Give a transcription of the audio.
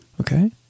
Okay